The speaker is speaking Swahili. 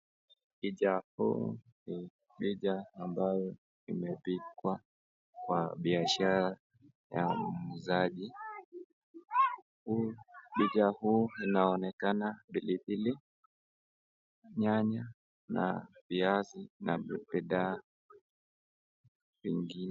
Picha huu ni picha ambayo imepigwa kwa biashara ya muuzaji, picha huu inaonekana pilipili, nyanya na viazi na bidhaa vingine.